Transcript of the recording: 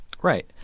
Right